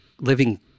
living